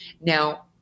now